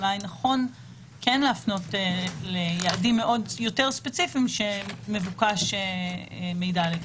אולי נכון כן להפנות ליעדים יותר ספציפיים שמבוקש מידע לגביהם.